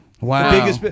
Wow